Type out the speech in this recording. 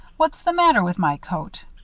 what's the matter with my coat?